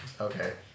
Okay